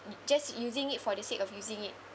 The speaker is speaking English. just using it for the sake of using it